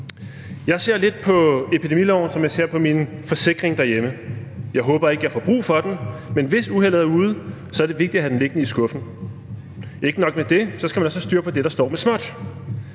Jeg ser lidt på epidemiloven, som jeg ser på min forsikring derhjemme – jeg håber ikke, jeg får brug for den, men hvis uheldet er ude, er det vigtigt at have den liggende i skuffen, og ikke nok med det, så skal man også have styr på det, der står med småt.